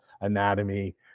anatomy